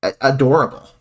adorable